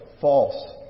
false